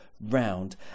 round